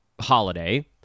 holiday